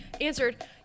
answered